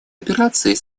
операций